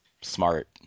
smart